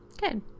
Good